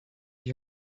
you